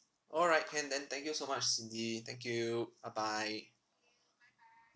alright can then thank you so much cindy thank you bye bye